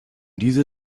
diese